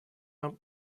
нам